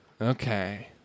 Okay